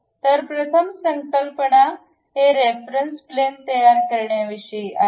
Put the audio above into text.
तर प्रथम संकल्पना हे रेफरन्स प्लॅन तयार करण्याविषयी आहेत